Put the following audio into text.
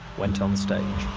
went on stage.